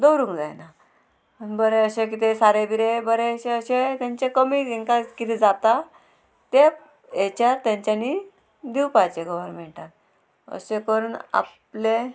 दवरूंक जायना बरें अशें कितें सारें बिरें बरें अशें तांचे कमी तांकां किदें जाता तें हेच्या तेंच्यांनी दिवपाचें गव्हरमेंटान अशें करून आपले